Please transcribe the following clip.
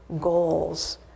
goals